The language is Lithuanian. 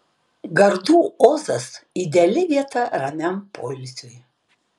gardų ozas ideali vieta ramiam poilsiui